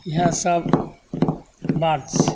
इएह सब बात छै